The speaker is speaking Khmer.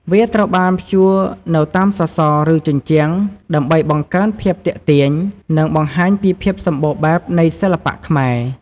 វាត្រូវបានព្យួរនៅតាមសសរ ឬជញ្ជាំង ដើម្បីបង្កើនភាពទាក់ទាញ និងបង្ហាញពីភាពសម្បូរបែបនៃសិល្បៈខ្មែរ។